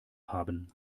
haben